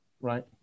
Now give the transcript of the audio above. Right